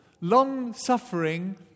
long-suffering